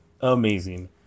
amazing